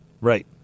Right